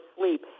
sleep